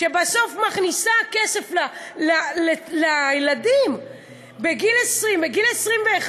שבסוף מכניסה כסף לילדים בגיל 21,